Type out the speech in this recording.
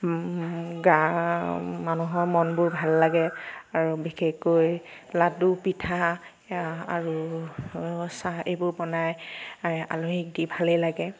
মানুহৰ গা মনবোৰ ভাল লাগে আৰু বিশেষকৈ লাডু পিঠা আৰু চাহ এইবাৰ বনাই আলহীক দি ভালেই লাগে